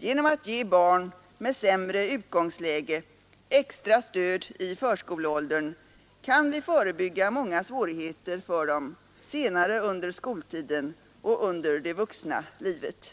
Genom att ge barn med sämre utgångsläge extra stöd i förskoleåldern kan vi förebygga många svårigheter för dem senare under skoltiden och under det vuxna livet.